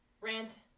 rant